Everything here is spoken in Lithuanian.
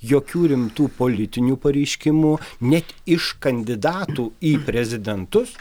jokių rimtų politinių pareiškimų net iš kandidatų į prezidentus